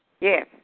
Yes